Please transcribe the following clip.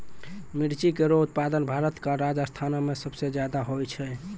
मिर्ची केरो उत्पादन भारत क राजस्थान म सबसे जादा होय छै